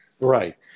Right